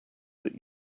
that